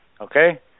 Okay